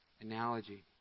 analogy